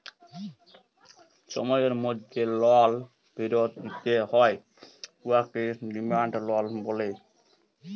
সময়ের মধ্যে লল ফিরত দিতে হ্যয় উয়াকে ডিমাল্ড লল ব্যলে